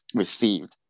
received